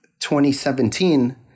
2017